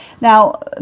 Now